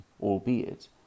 albeit